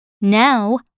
Now